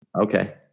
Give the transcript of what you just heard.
okay